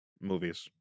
movies